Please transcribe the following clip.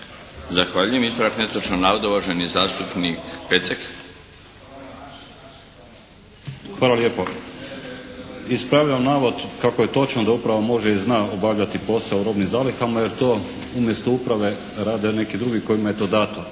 Zahvaljujem. Ispravak netočnog navoda, uvaženi zastupnik Pecek. **Pecek, Željko (HSS)** Hvala lijepo. Ispravljam navod kako je točno da uprava može i zna obavljati posao u robnim zalihama jer to umjesto uprave rade neki drugi kojima je to dato,